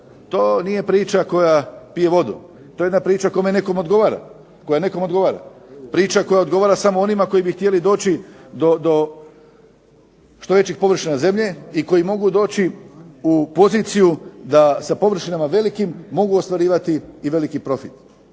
To nije priča koja pije vodu, to je priča koja nekom odgovara. Priča koja samo odgovara onima koji bi htjeli doći do što većeg površine zemlje i koji mogu doći u poziciju da sa velikim površinama mogu ostvarivati i veliki profit.